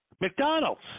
McDonald's